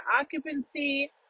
occupancy